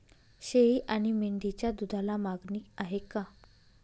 शेळी आणि मेंढीच्या दूधाला मागणी आहे का?